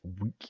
weak